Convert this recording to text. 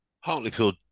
Hartlepool